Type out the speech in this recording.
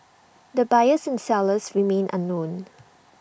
the buyers and sellers remain unknown